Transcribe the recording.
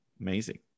amazing